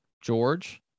George